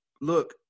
look